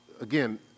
again